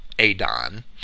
Adon